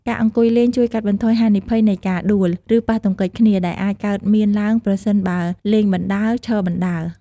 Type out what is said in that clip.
ការអង្គុយលេងជួយកាត់បន្ថយហានិភ័យនៃការដួល ឬប៉ះទង្គិចគ្នា ដែលអាចកើតមានឡើងប្រសិនបើលេងបណ្ដើរ ឈរបណ្តើរ។